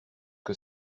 que